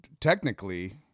technically